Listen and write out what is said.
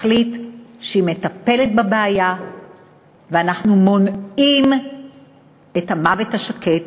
תחליט שהיא מטפלת בבעיה ואנחנו מונעים את המוות השקט